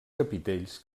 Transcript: capitells